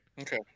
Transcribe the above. okay